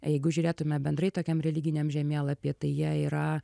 jeigu žiūrėtume bendrai tokiam religiniam žemėlapyje tai jie yra